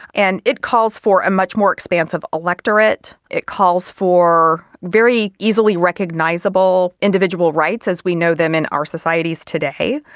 and it calls for a much more expansive electorate, it calls for very easily recognisable individual rights as we know them in our societies today.